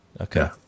Okay